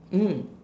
mm